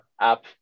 app